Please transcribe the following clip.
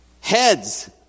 Heads